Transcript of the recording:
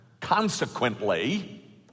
consequently